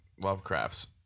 lovecraft's